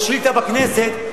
או שאילתא בכנסת,